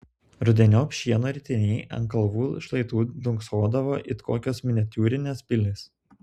rudeniop šieno ritiniai ant kalvų šlaitų dunksodavo it kokios miniatiūrinės pilys